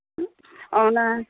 అవునా